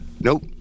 nope